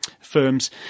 firms